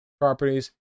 Properties